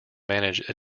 manage